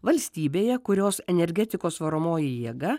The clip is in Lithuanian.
valstybėje kurios energetikos varomoji jėga